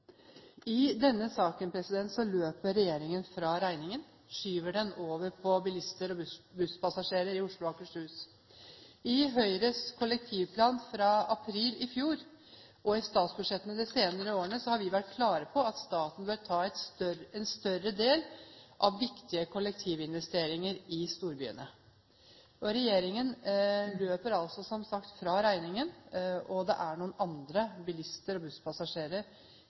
I denne saken løper regjeringen fra regningen og skyver den over på bilister og busspassasjerer i Oslo og Akershus. I Høyres kollektivplan fra april i fjor, og i forslag til statsbudsjett de senere årene, har vi vært klare på at staten bør ta en større del av viktige kollektivtransportinvesteringer i storbyene. Regjeringen løper, som sagt, fra regningen, og det er noen andre – bilister og busspassasjerer